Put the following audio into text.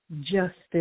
Justice